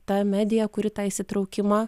ta medija kuri tą įsitraukimą